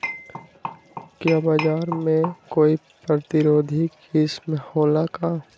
का बाजरा के कोई प्रतिरोधी किस्म हो ला का?